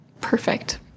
perfect